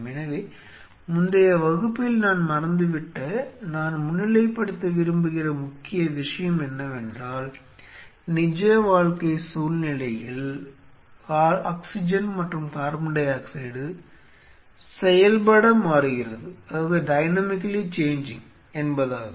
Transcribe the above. எனவே முந்தைய வகுப்பில் நான் மறந்துவிட்ட நான் முன்னிலைப்படுத்த விரும்புகிற முக்கிய விஷயம் என்னவென்றால் நிஜ வாழ்க்கை சூழ்நிலையில் O2 மற்றும் CO2 செயல்பட மாறுகிறது என்பதாகும்